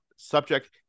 subject